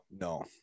No